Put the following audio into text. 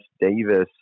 Davis